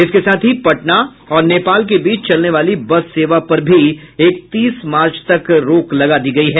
इसके साथ ही पटना और नेपाल के बीच चलने वाली बस सेवा पर भी इकतीस मार्च तक रोक लगा दी गयी है